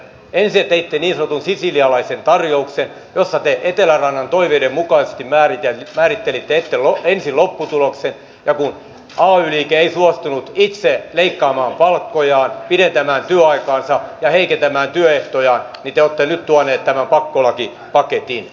ensin te teitte niin sanotun sisilialaisen tarjouksen jossa te etelärannan toiveiden mukaisesti määrittelitte ensin lopputuloksen ja kun ay liike ei suostunut itse leikkaamaan palkkojaan pidentämään työaikaansa ja heikentämään työehtojaan niin te olette nyt tuoneet tämän pakkolakipaketin